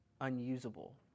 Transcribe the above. unusable